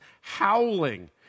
howling